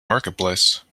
marketplace